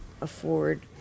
afford